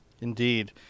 indeed